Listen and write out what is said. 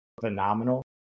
phenomenal